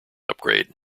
upgrade